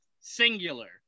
singular